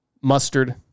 Mustard